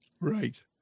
Right